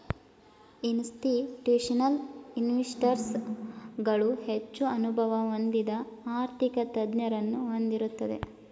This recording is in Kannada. ಇನ್ಸ್ತಿಟ್ಯೂಷನಲ್ ಇನ್ವೆಸ್ಟರ್ಸ್ ಗಳು ಹೆಚ್ಚು ಅನುಭವ ಹೊಂದಿದ ಆರ್ಥಿಕ ತಜ್ಞರನ್ನು ಹೊಂದಿರುತ್ತದೆ